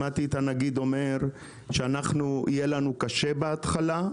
שמעתי את הנגיד אומר שיהיה לנו קשה בהתחלה,